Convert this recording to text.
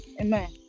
Amen